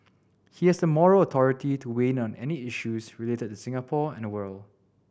he has the moral authority to weigh in on any issues related to Singapore and the world